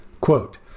Quote